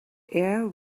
air